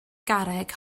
garreg